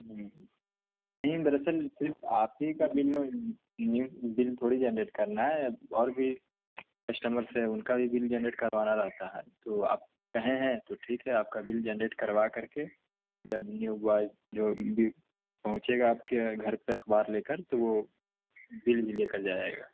ہوں نہیں دراصل صرف آپ ہی کا بل بل تھوڑی جنریٹ کرنا ہے اور بھی کسٹمرس ہیں ان کا بھی بل جنریٹ کروانا رہتا ہے تو آپ کہے ہیں تو ٹھیک ہے آپ کا بل جنریٹ کروا کر کے جب نیوز بوائز جو بھی پہنچے گا آپ کے یہاں گھر پہ اخبار لے کر تو وہ بل بھی لے کر جائے گا